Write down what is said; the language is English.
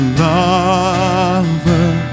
lover